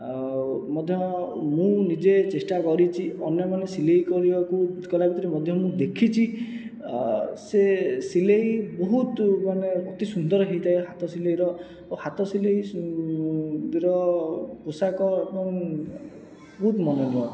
ଆଉ ମଧ୍ୟ ମୁଁ ନିଜେ ଚେଷ୍ଟା କରିଛି ଅନ୍ୟମାନେ ସିଲାଇ କରିବାକୁ କଲା ଭିତରେ ମଧ୍ୟ ମୁଁ ଦେଖିଛି ସେ ସିଲାଇ ବହୁତ ମାନେ ଅତି ସୁନ୍ଦର ହୋଇଥାଏ ହାତ ସିଲେଇର ହାତ ସିଲାଇର ପୋଷାକ ଏବଂ ବହୁତ ମନୋରମ